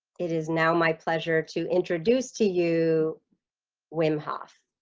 it is now my pleasure to introduce to you wim hof